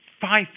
five